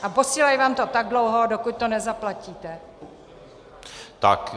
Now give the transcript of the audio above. A posílají vám to tak dlouho, dokud to nezaplatíte.